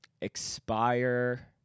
Expire